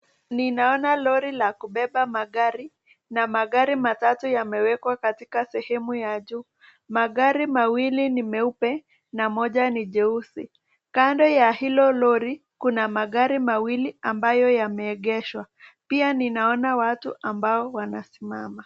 Ninaona lori la kubeba magari na magari matatu yamewekwa katika sehemu ya juu. Magari mawili ni meupe na moja ni jeusi. Kando ya hilo lori, kuna magari mawili ambayo yameegeshwa. Pia ninaona watu ambao wanasimama.